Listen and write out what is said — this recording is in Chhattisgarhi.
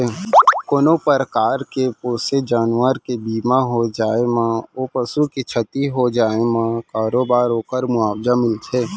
कोनों परकार के पोसे जानवर के बीमा हो जाए म ओ पसु के छति हो जाए म बरोबर ओकर मुवावजा मिलथे